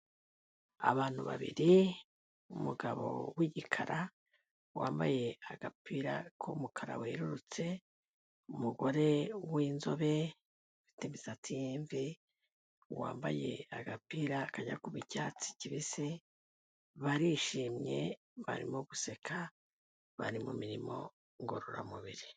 Abantu babiri, umugabo w'igikara wambaye agapira k'umukara werurutse, umugore w'inzobe ufite imisatsi y'imvi, wambaye agapira kajya kuba icyatsi kibisi barishimye barimo guseka bari mu mirimo ngororamubiri.